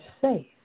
safe